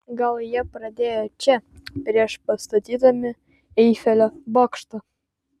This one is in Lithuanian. gal jie pradėjo čia prieš pastatydami eifelio bokštą